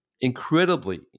incredibly